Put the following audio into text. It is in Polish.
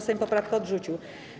Sejm poprawkę odrzucił.